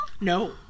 No